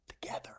together